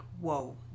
Whoa